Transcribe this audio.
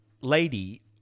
lady